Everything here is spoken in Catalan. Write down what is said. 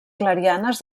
clarianes